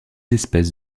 espèces